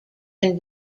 can